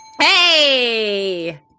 Hey